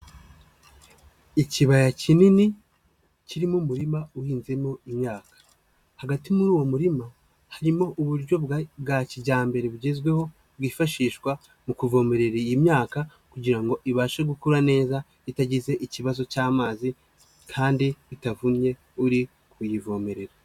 Ikibaya kinini kirimo umurima uhinzemo imyaka, hagati muri uwo murima harimo uburyo bwa kijyambere bugezweho bwifashishwa mu kuvomerera iyi myaka kugira ngo ibashe gukura neza itagize ikibazo cy'amazi kandi bitavumye uri kuyivomerera.